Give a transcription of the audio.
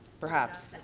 perhaps.